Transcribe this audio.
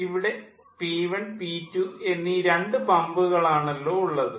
ഇവിടെ P1 P2 എന്നീ രണ്ട് പമ്പുകളാണല്ലോ ഉള്ളത്